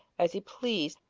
as he pleased.